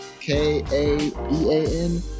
K-A-E-A-N